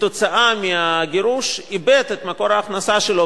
כתוצאה מהגירוש איבד את מקור ההכנסה שלו,